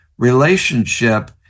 relationship